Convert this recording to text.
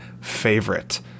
favorite